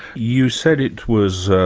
you said it was